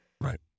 Right